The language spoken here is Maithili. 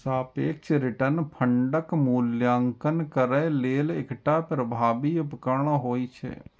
सापेक्ष रिटर्न फंडक मूल्यांकन करै लेल एकटा प्रभावी उपकरण होइ छै